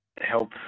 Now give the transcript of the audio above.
help